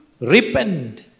repent